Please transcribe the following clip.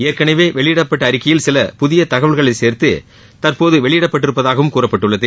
ஏற்கனவே வெளியிடப்பட்ட அறிக்கையில் சில புதிய தகவல்களை சேர்த்து தற்போது வெளியிடப் பட்டிருப்பதாகவும் கூறப்பட்டுள்ளது